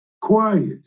quiet